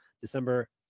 December